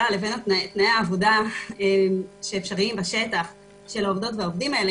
לבין תנאי העבודה שאפשריים בשטח של העובדות והעובדים האלה.